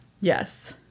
Yes